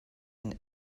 and